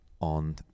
on